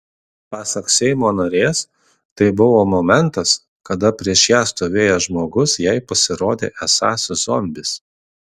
pasak seimo narės tai buvo momentas kada prieš ją stovėjęs žmogus jai pasirodė esąs zombis